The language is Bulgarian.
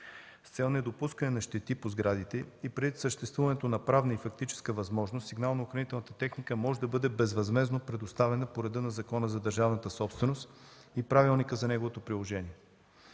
С цел недопускане на щети по сградите и предвид съществуването на правна и фактическа възможност сигнално-охранителната техника може да бъде безвъзмездно предоставена по реда на Закона за държавната собственост и правилника за неговото приложение.